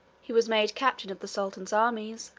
he was made captain of the sultan's armies,